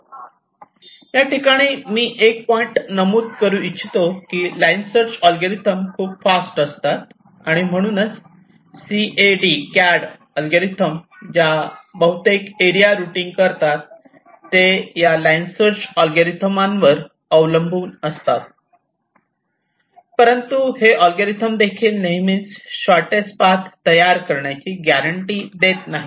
ठिकाणी याठिकाणी मी एक पॉईंट नमूद करू इच्छितो की लाईन सर्च अल्गोरिदम खूप फास्ट असतात आणि म्हणूनच सीएडी अल्गोरिदम ज्या बहुतेक एरिया रुटींग करतात ते या लाईन सर्च अल्गोरिदमांवर अवलंबून असतात परंतु हे अल्गोरिदम देखील नेहमीच शॉर्टटेस्ट पाथ तयार करण्याची गॅरंटी देत नाहीत